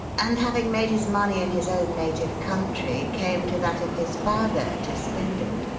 and, having made his money in his own native country, came to that of his father to spend it?